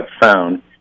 found